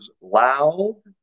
loud